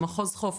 במחוז חוף,